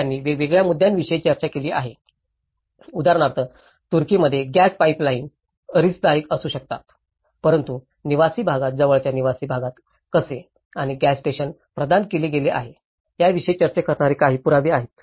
तर त्यांनी वेगवेगळ्या मुद्द्यांविषयी चर्चा केली आहे उदाहरणार्थ तुर्कीमध्ये गॅस पाइपलाइन रिस्कदायक असू शकतात परंतु निवासी भागात जवळच्या निवासी भागात कसे आणि गॅस स्टेशन प्रदान केले गेले आहेत याविषयी चर्चा करणारे काही पुरावे आहेत